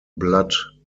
blood